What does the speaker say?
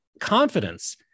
confidence